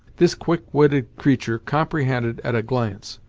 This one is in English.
this quick witted creature comprehended it at a glance.